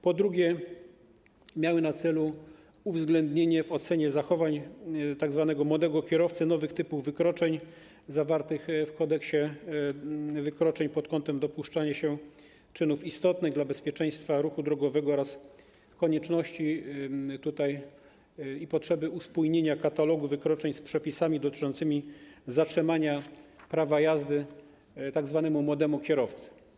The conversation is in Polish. Po drugie, miały na celu uwzględnienie w ocenie zachowań tzw. młodego kierowcy nowych typów wykroczeń zawartych w Kodeksie wykroczeń pod kątem dopuszczania się czynów istotnych dla bezpieczeństwa ruchu drogowego oraz konieczności i potrzeby uspójnienia katalogu wykroczeń z przepisami dotyczącymi zatrzymania prawa jazdy tzw. młodemu kierowcy.